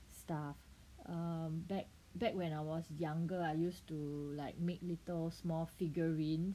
stuff um back back when I was younger I used to like make little small figurine